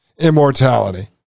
immortality